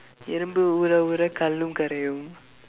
எறும்பு ஊற ஊற கல்லும் கரையும்:erumpu uura uura kallum karaiyum